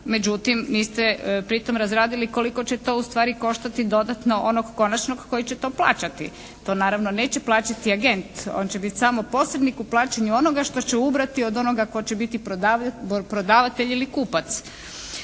Međutim niste pri tom razradili koliko će to ustvari koštati dodatno onog konačnog koji će to plaćati? To naravno neće plaćati agent. On će biti samo posrednik u plaćanju onoga što će ubrati od onoga tko će biti prodavatelj ili kupac.